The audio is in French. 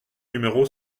numéro